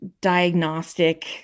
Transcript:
diagnostic